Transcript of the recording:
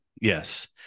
Yes